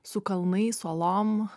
su kalnais uolom